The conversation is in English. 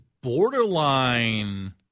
borderline